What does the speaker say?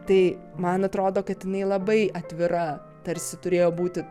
tai man atrodo kad jinai labai atvira tarsi turėjo būti